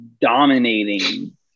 dominating